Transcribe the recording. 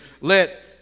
Let